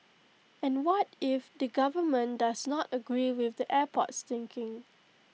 and what if the government does not agree with the airport's thinking